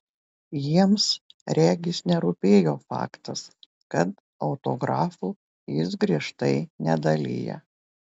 jiems regis nerūpėjo faktas kad autografų jis griežtai nedalija